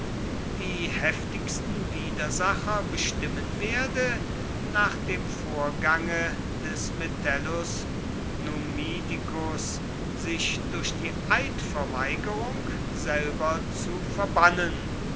die heftigsten widersacher bestimmen werde nach dem vorgange des metellus numidicus sich durch die eidverweigerung selber zu verbannen